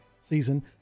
season